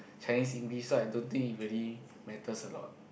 Chinese indie so I don't think it really matters a lot